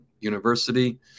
University